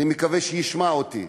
ואני מקווה שישמע אותי.